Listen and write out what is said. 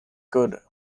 could